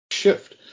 shift